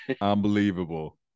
Unbelievable